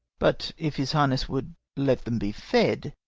but, if his highness would let them be fed,